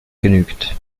genügt